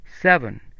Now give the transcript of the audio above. Seven